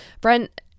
Brent